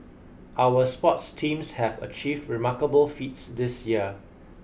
our sports teams have achieved remarkable feats this year